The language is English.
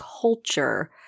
culture